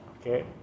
Okay